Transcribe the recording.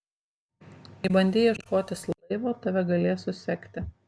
jei bandei ieškotis laivo tave galės susekti